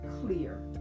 clear